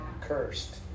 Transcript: Cursed